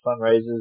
fundraisers